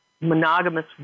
monogamous